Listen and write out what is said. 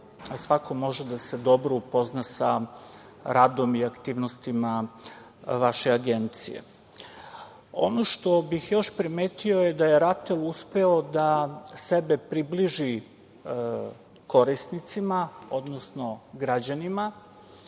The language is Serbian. svako može da se dobro upozna sa radom i aktivnostima vaše agencije. Ono što bih još primetio jeste da je RATEL uspeo da sebe približi korisnicima, odnosno građanima,